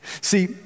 See